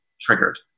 triggered